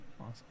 Awesome